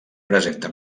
presenta